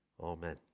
Amen